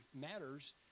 matters